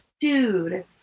dude